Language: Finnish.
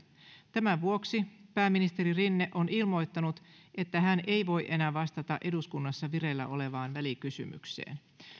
tämän vuoksi pääministeri rinne on ilmoittanut että hän ei voi enää vastata eduskunnassa vireillä olevaan välikysymykseen